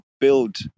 build